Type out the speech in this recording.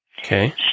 Okay